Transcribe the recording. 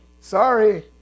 Sorry